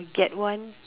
get one